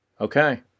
Okay